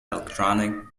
electronic